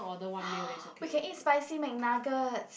we can eat spicy McNuggets